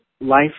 life